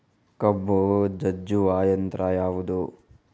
ಕಬ್ಬು ಜಜ್ಜುವ ಯಂತ್ರ ಯಾವುದು?